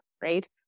right